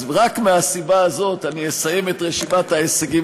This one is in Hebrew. אז רק מהסיבה הזאת אני אסיים את רשימת ההישגים